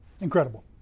Incredible